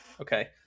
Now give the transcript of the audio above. okay